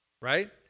right